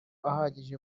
ahagije